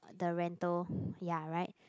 the rental ya right